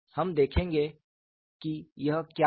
हम देखेंगे कि यह क्या है